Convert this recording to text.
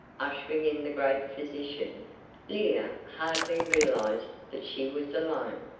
ushering in the great physician lydia hardly realised that she was alone.